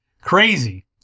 Crazy